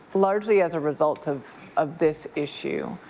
largely as a result of of this issue.